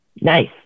Nice